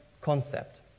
concept